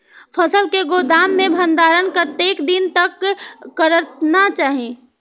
फसल के गोदाम में भंडारण कतेक दिन तक करना चाही?